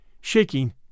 shaking